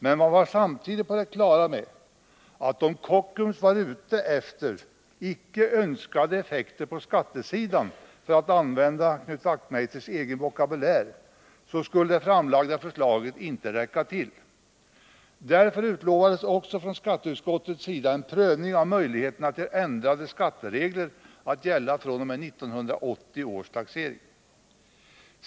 Men man var samtidigt på det klara med att om Kockums var ute efter ”icke önskade effekter på skattesidan”, för att använda Knut Wachtmeisters egen vokabulär, så skulle det framlagda förslaget inte räcka till. Därför utlovades också från skatteutskottets sida en prövning av möjligheterna till ändrade skatteregler att gälla fr.o.m. 1980 års taxering.